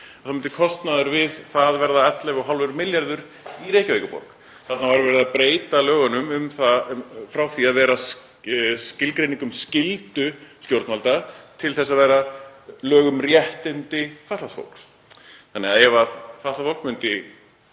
myndi kostnaðurinn við það verða 11,5 milljarðar í Reykjavíkurborg. Þarna var verið að breyta lögunum frá því að vera skilgreining um skyldu stjórnvalda í það að vera lög um réttindi fatlaðs fólks þannig að ef fatlað fólk myndi